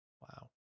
Wow